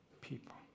people